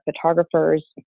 photographers